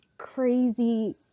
crazy